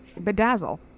bedazzle